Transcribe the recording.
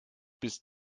bis